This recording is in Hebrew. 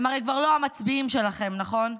הם הרי כבר לא המצביעים שלכם, נכון?